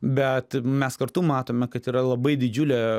bet mes kartu matome kad yra labai didžiulė